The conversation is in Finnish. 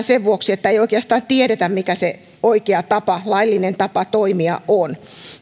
sen vuoksi että ei oikeastaan tiedetä mikä se oikea laillinen tapa toimia on